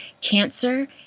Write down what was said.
cancer